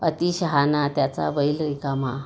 अतिशहाणा त्याचा बैल रिकामा